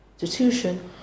Institution